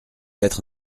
être